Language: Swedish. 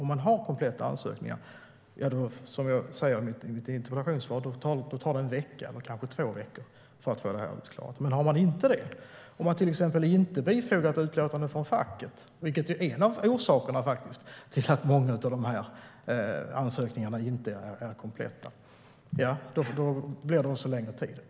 Om man har kompletta ansökningar tar det, som jag säger i mitt interpellationssvar, en vecka eller kanske två veckor att få det här avklarat. Men om man inte har det - om man till exempel inte bifogar ett utlåtande från facket, vilket är en av orsakerna till att många av de här ansökningarna inte är kompletta - tar det längre tid.